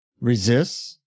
resists